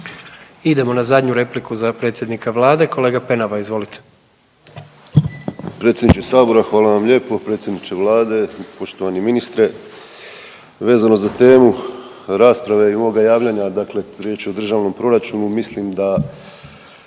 Idemo na zadnju repliku za predsjednika Vlade kolega Penava, izvolite.